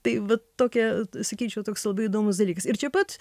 tai vat tokia sakyčiau toks labai įdomus dalykas ir čia pat